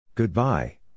Goodbye